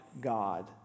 God